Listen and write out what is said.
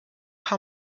how